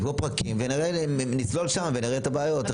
לקרוא פרקים ונצלול שם ונראה את הבעיות.